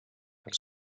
els